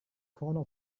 corner